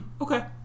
Okay